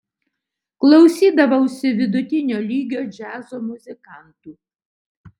klausydavausi vidutinio lygio džiazo muzikantų